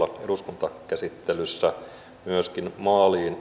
eduskuntakäsittelyssä myöskin maaliin